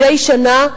מדי שנה,